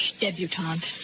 debutante